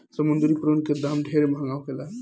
समुंद्री प्रोन के दाम ढेरे महंगा होखेला